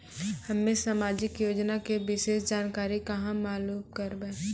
हम्मे समाजिक योजना के विशेष जानकारी कहाँ मालूम करबै?